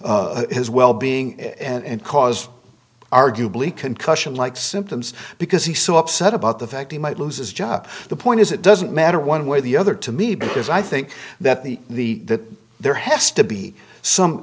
his well being and cause arguably concussion like symptoms because he's so upset about the fact he might lose his job the point is it doesn't matter one way or the other to me because i think that the that there has to be some